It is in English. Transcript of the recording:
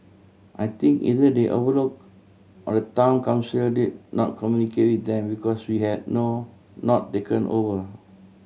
I think either they overlook or the Town Council did not communicate with them because we had no not taken over